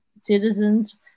citizens